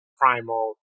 Primal